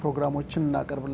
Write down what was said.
program which i'm not going to